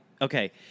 Okay